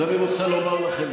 אז אני רוצה לומר לכם,